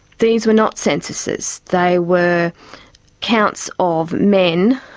these were not censuses, they were counts of men,